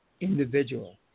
individual